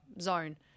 zone